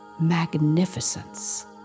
magnificence